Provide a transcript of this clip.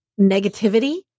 negativity